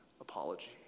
apology